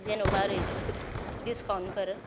जेन'बा ओरैनो डिस्काउन्टफोर